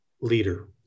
leader